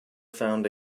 found